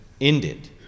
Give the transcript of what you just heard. ended